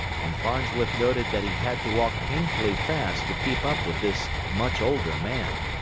and farnsworth noted that he had to walk painfully fast to keep up with this much older man.